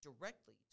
directly